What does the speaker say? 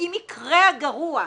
ואם יקרה הגרוע,